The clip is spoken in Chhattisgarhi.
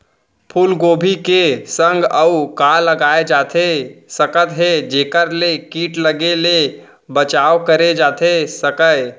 फूलगोभी के संग अऊ का लगाए जाथे सकत हे जेखर ले किट लगे ले बचाव करे जाथे सकय?